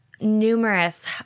numerous